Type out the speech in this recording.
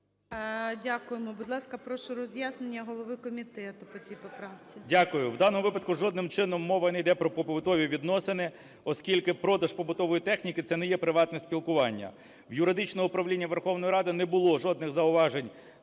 Дякую. В даному випадку жодним чином мова не йде про побутові відносини, оскільки продаж побутової техніки - це не є приватне спілкування. В юридичного управління Верховної Ради не було жодних зауважень